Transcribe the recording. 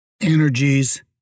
energies